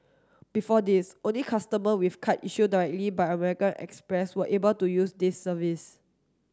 before this only customer with card issued directly by American Express were able to use this service